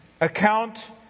account